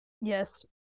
Yes